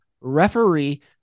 referee